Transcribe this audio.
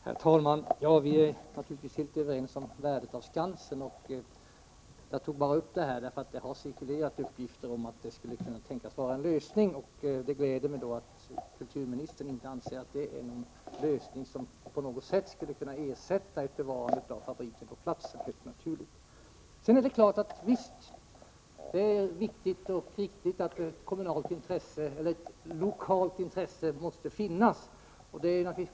Herr talman! Vi är naturligtvis helt överens om värdet av Skansen. Jag tog upp saken därför att det har cirkulerat uppgifter om att förslaget kunde tänkas vara en lösning. Därför gläder det mig att kulturministern inte anser att detta på något sätt skulle kunna ersätta ett bevarande av fabriken på platsen. Det är riktigt att det måste finnas ett lokalt intresse.